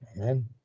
Amen